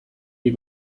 wie